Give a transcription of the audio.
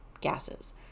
gases